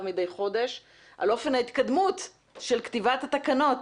מדי חודש על אופן ההתקדמות של כתיבת התקנות